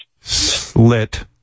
slit